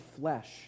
flesh